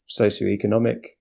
socioeconomic